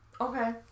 Okay